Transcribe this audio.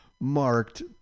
marked